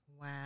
Wow